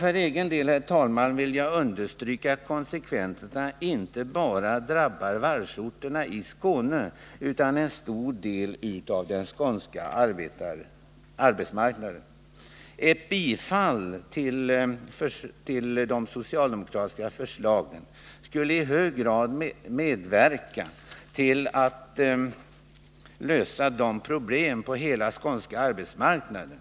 För egen del vill jag understryka att konsekvenserna inte bara drabbar varvsorterna i Skåne utan också en stor del av den övriga skånska arbetsmarknaden. Ett bifall till de socialdemokratiska förslagen skulle i hög grad medverka till att lösa problemen på hela den skånska arbetsmarknaden.